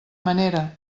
manera